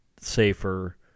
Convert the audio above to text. safer